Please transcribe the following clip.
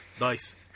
Nice